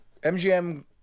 MGM